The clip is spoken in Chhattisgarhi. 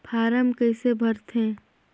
फारम कइसे भरते?